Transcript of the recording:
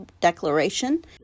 Declaration